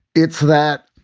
it's that,